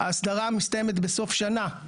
האסדרה מסתיימת בסוף שנה.